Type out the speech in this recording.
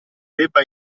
debba